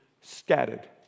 scattered